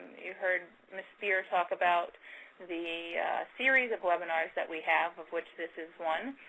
you heard ms. spear talk about the series of webinars that we have of which this is one.